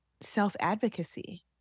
self-advocacy